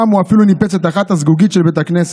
פעם הוא אפילו ניפץ את אחת הזגוגיות של בית הכנסת.